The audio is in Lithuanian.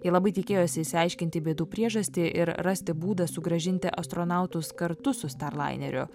jie labai tikėjosi išsiaiškinti bėdų priežastį ir rasti būdą sugrąžinti astronautus kartu su starlaineriu